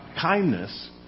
kindness